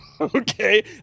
okay